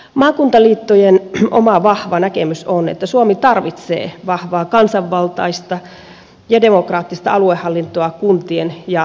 maakuntaliittojen oma vahva näkemys on että suomi tarvitsee vahvaa kansanvaltaista ja demokraattista aluehallintoa kuntien ja valtion väliin